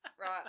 Right